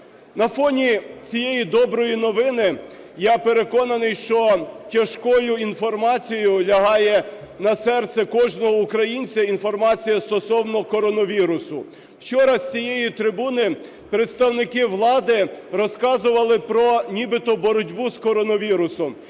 На фоні цієї доброї новини я переконаний, що тяжкою інформацією лягає на серце кожного українця інформація стосовно коронавірусу. Вчора з цієї трибуни представники влади розказували про нібито боротьбу з коронавірусом.